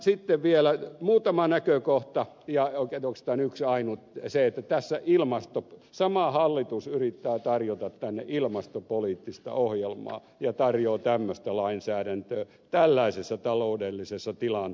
sitten vielä muutama näkökohta tai oikeastaan yksi ainut se että sama hallitus yrittää tarjota tänne ilmastopoliittista ohjelmaa ja tarjoaa tämmöistä lainsäädäntöä tällaisessa taloudellisessa tilanteessa